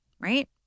right